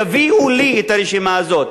תביאו לי את הרשימה הזאת.